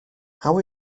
how